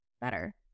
better